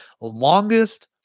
longest